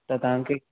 त तव्हांखे